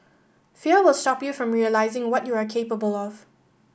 fear will stop you from realising what you are capable of